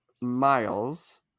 miles